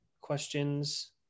questions